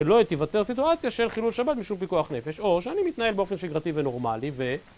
שלא תיווצר סיטואציה של חילול שבת משום פיקוח נפש, או שאני מתנהל באופן שגרתי ונורמלי ו...